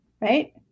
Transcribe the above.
right